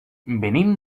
venim